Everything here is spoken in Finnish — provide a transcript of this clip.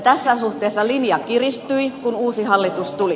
tässähän suhteessa linja kiristyi kun uusi hallitus tuli